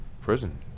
prison